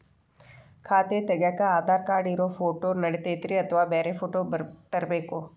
ಖಾತೆ ತಗ್ಯಾಕ್ ಆಧಾರ್ ಕಾರ್ಡ್ ಇರೋ ಫೋಟೋ ನಡಿತೈತ್ರಿ ಅಥವಾ ಬ್ಯಾರೆ ಫೋಟೋ ತರಬೇಕೋ?